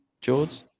George